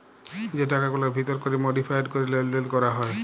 যে টাকাগুলার ভিতর ক্যরে মডিফায়েড ক্যরে লেলদেল ক্যরা হ্যয়